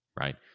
right